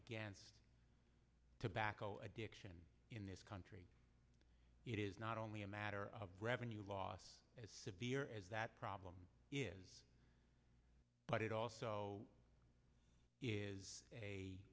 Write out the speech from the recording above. against tobacco addiction in this country it is not only a matter of revenue loss as severe as that problem is but it also is a